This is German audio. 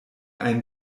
einen